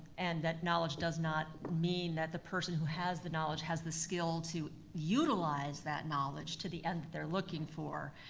and that knowledge does not mean that the person who has the knowledge, has the skill to utilize that knowledge to the end that they're looking for.